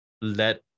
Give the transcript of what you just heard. let